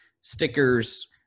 stickers